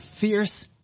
fierce